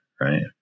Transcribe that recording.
right